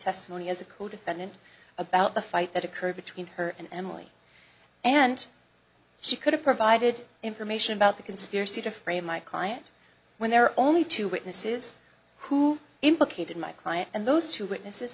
testimony as a codefendant about the fight that occurred between her and emily and she could have provided information about the conspiracy to frame my client when there are only two witnesses who implicated my client and those two witnesses